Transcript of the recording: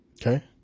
Okay